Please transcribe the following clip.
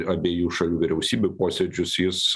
abiejų šalių vyriausybių posėdžius jis